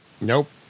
Nope